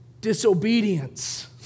disobedience